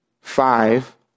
five